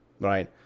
right